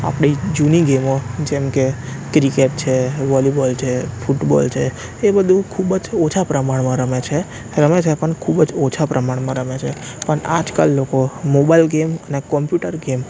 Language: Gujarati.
આપણી જૂની ગેમો જેમકે ક્રિકેટ છે વોલીબોલ છે ફૂટબોલ છે એ બધુ ખૂબ જ ઓછા પ્રમાણમાં રમે છે રમે છે પણ ખૂબ જ ઓછા પ્રમાણમાં રમે છે પણ આજકાલ લોકો મોબાઈલ ગેમને કોંપ્યુટર ગેમ